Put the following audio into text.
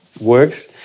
works